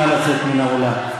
נא לצאת מן האולם.